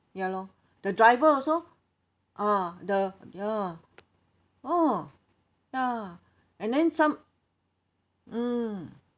ya lor the driver also ah the ya oh ya and then some mm